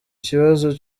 ikibazo